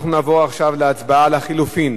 אנחנו נעבור עכשיו להצבעה על החלופין.